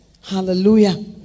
Hallelujah